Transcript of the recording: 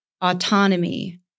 autonomy